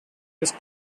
west